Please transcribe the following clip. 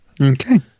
Okay